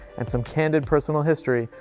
and some candid personal history,